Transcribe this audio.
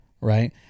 right